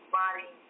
body